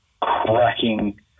cracking